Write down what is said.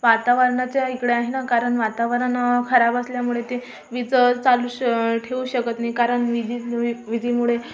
वातावरणाच्या इकडे आहे ना कारण वातावरण खराब असल्यामुळे ते वीज चालूच ठेऊ शकत नाही कारण विजेज विजेमुळे